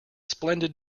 splendid